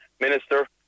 Minister